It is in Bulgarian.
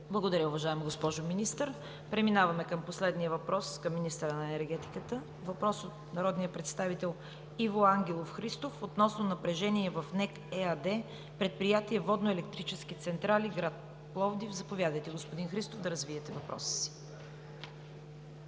Благодаря Ви, уважаема госпожо Министър. Преминаваме към последния въпрос към министъра на енергетиката. Въпрос от народния представител Иво Ангелов Христов относно напрежение в НЕК ЕАД, Предприятие „Водноелектрически централи“ – град Пловдив. Господин Христов, заповядайте да развиете въпроса си.